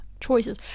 choices